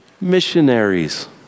missionaries